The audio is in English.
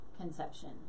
conception